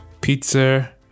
Pizza